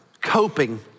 coping